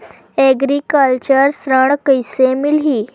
Agriculture ऋण कइसे मिलही?